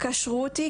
קשרו אותי,